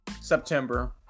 September